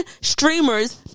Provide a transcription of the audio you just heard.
streamers